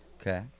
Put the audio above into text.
Okay